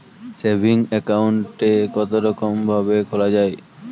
Saving account কতরকম ভাবে খোলা য়ায়?